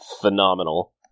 phenomenal